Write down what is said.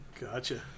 Gotcha